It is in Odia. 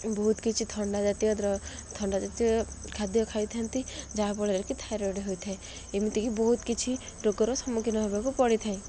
ବହୁତ କିଛି ଥଣ୍ଡା ଜାତୀୟ ଥଣ୍ଡା ଜାତୀୟ ଖାଦ୍ୟ ଖାଇଥାନ୍ତି ଯାହାଫଳରେ କି ଥାଇରଏଡ଼ ହୋଇଥାଏ ଏମିତିକି ବହୁତ କିଛି ରୋଗର ସମ୍ମୁଖୀନ ହେବାକୁ ପଡ଼ିଥାଏ